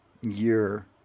year